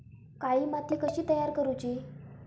काळी माती कशी तयार करूची?